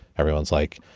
everyone's like,